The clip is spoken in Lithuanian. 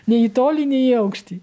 nei į tolį nei į aukštį